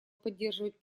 поддерживать